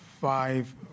five